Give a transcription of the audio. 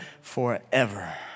forever